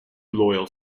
loyal